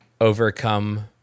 overcome